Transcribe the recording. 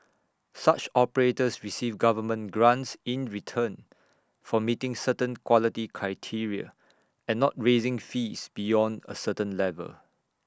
such operators receive government grants in return for meeting certain quality criteria and not raising fees beyond A certain level